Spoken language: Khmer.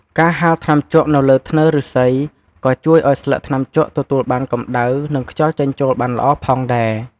ការហាលថ្នាំជក់នៅលើធ្នើរឬស្សី ក៏ជួយអោយស្លឹកថ្នាំជក់ទទួលបានកម្ដៅ និងខ្យល់ចេញចូលបានល្អផងដែរ។